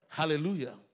Hallelujah